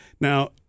Now